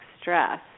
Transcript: stress